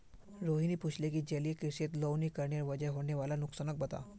रोहिणी पूछले कि जलीय कृषित लवणीकरनेर वजह होने वाला नुकसानक बता